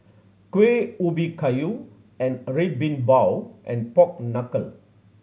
Kuih Ubi Kayu and Red Bean Bao and pork knuckle